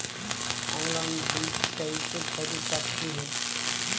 Online बीज कईसे खरीद सकली हे?